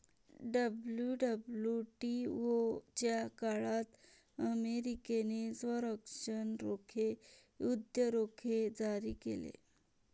WWTO च्या काळात अमेरिकेने संरक्षण रोखे, युद्ध रोखे जारी केले